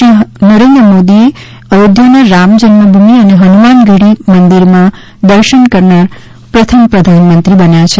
શ્રી નરેન્દ્ર મોદી અયોધ્યાના રામ જન્મભૂમિ અને હનુમાનગઢી મંદિરમાં દર્શન કરનાર પ્રથમ પ્રધાનમંત્રી બન્યા છે